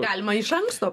galima iš anksto